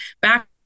Back